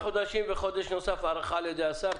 ועוד חודש נוסף הארכה על ידי השר.